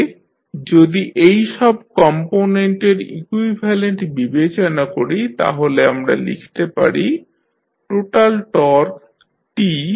তাহলে যদি এই সব কম্পোনেন্টের ইকুইভ্যালেন্ট বিবেচনা করি তাহলে আমরা লিখতে পারি টোটাল টর্ক T